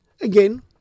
again